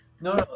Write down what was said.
No